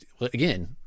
again